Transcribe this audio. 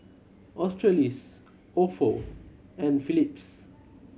Australis Ofo and Phillips